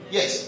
Yes